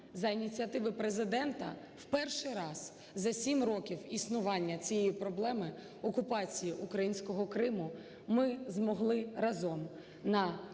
за ініціативи Президента в перший раз за сім років існування цієї проблеми окупації українського Криму ми змогли разом на